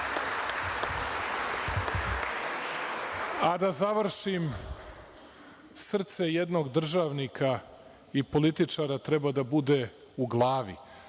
završim, „srce jednog državnika i političara treba da bude u glavi“.